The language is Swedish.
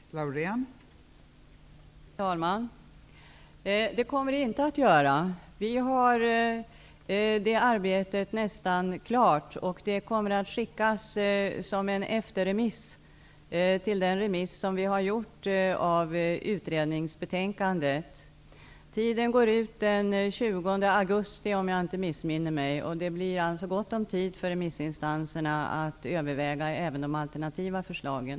Fru talman! Det kommer det inte att göra. Det arbetet är nästan klart, och det kommer att skickas som en efterremiss till den remiss som har skett kring utredningsbetänkandet. Tiden går ut den 20 augusti, om jag inte missminner mig. Det är alltså gott om tid för remissinstanserna att överväga även de alternativa förslagen.